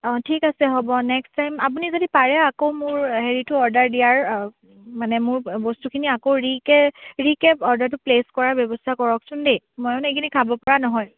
অ' ঠিক আছে হ'ব নেক্সট টাইম আপুনি যদি পাৰে আকৌ মোৰ হেৰিটো অৰ্ডাৰ দিয়াৰ মানে মোৰ বস্তুখিনি আকৌ ৰি কে ৰি কে অৰ্ডাৰটো প্লে'চ কৰাৰ ব্যৱস্থা কৰকচোন দেই মই মানে এইখিনি খাব পৰা নহয়